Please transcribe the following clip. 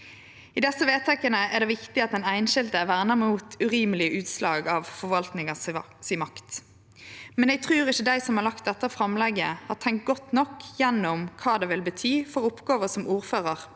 I desse vedtaka er det viktig at den einskilde er verna mot urimelege utslag av forvaltninga si makt, men eg trur ikkje dei som har lagt fram dette framlegget, har tenkt godt nok gjennom kva det vil bety for oppgåva som ordførar